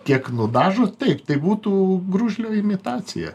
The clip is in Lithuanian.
kiek nudažo taip tai būtų gružlio imitacija